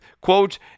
quote